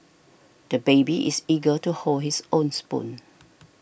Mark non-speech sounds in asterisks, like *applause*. the baby is eager to hold his own spoon *noise*